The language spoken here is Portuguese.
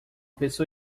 pessoa